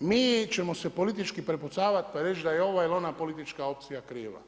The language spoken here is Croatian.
mi ćemo se politički prepucavati pa reći da je ova ili ona politička opcija kriva.